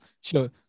sure